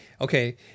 Okay